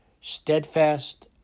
steadfast